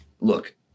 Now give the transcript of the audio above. Look